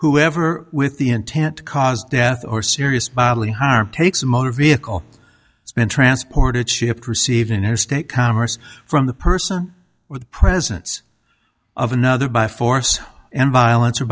whoever with the intent to cause death or serious bodily harm takes a motor vehicle has been transported shipped received interstate commerce from the person or the presence of another by force and violence or